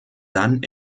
dann